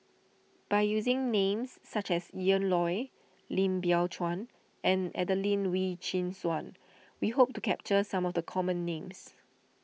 by using names such as Ian Loy Lim Biow Chuan and Adelene Wee Chin Suan we hope to capture some of the common names